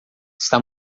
está